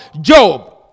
Job